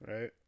Right